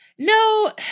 No